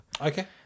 Okay